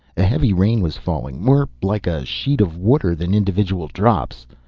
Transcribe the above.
a heavy rain was falling, more like a sheet of water than individual drops.